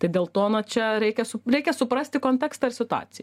tai dėl to na čia reikia reikia suprasti kontekstą ir situaciją